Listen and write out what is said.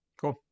Cool